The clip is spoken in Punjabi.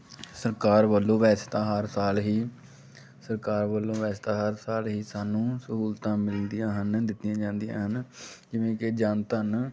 ਸਰਕਾਰ ਵੱਲੋਂ ਵੈਸੇ ਤਾਂ ਹਰ ਸਾਲ ਹੀ ਸਰਕਾਰ ਵੱਲੋਂ ਵੈਸੇ ਤਾਂ ਹਰ ਸਾਲ ਹੀ ਸਾਨੂੰ ਸਹੂਲਤਾਂ ਮਿਲਦੀਆਂ ਹਨ ਦਿੱਤੀਆਂ ਜਾਂਦੀਆਂ ਹਨ ਜਿਵੇਂ ਕਿ ਜਨ ਧਨ